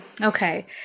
okay